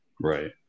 Right